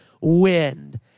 wind